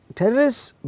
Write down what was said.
terrorist's